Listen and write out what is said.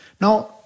Now